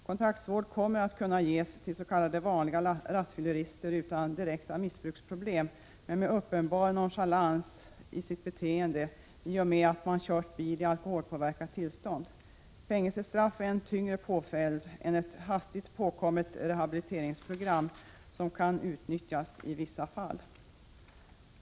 Kontraktsvård kommer att kunna ges till s.k. vanliga rattfyllerister, rattfyllerister utan direkta missbruksproblem men med uppenbar nonchalans i sitt beteende i och med att de kört bil i alkoholpåverkat tillstånd. Fängelsestraff är en tyngre påföljd än ett hastigt påkommet rehabiliteringsprogram, som kan utnyttjas i vissa fall.